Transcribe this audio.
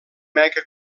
meca